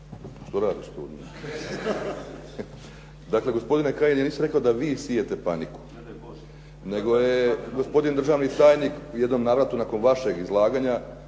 gospodine potpredsjedniče. Gospodine Kajin, ja nisam rekao da vi sijete paniku nego je gospodin državni tajnik u jednom navratu nakon vašeg izlaganja